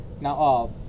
Now